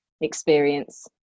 experience